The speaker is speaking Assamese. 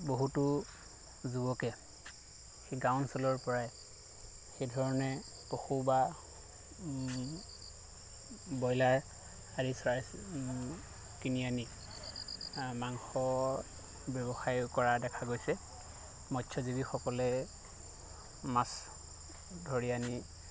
বহুতো যুৱকে সেই গাঁও অঞ্চলৰ পৰাই সেইধৰণে পশু বা ব্ৰইলাৰ আদি প্ৰায় কিনি আনি মাংসৰ ব্যৱসায়ো কৰা দেখা গৈছে মৎস্যজীৱিসকলে মাছ ধৰি আনি